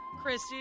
Christy